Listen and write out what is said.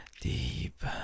deep